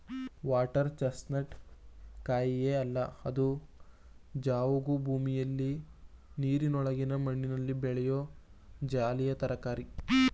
water chestnut ಕಾಯಿಯೇ ಅಲ್ಲ ಇದು ಜವುಗು ಭೂಮಿಲಿ ನೀರಿನೊಳಗಿನ ಮಣ್ಣಲ್ಲಿ ಬೆಳೆಯೋ ಜಲೀಯ ತರಕಾರಿ